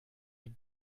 die